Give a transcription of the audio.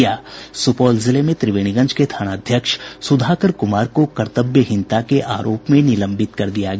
सुपौल जिले में त्रिवेणीगंज के थानाध्यक्ष सुधाकर कुमार को कर्तव्यहीनता के आरोप में निलंबित कर दिया गया